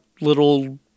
little